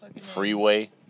Freeway